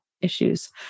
issues